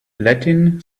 latin